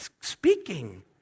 speaking